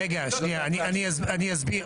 אני אסביר.